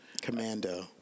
Commando